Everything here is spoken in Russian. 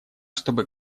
чтобы